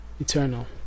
eternal